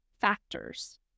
factors